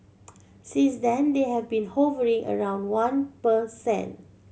since then they have been hovering around one per cent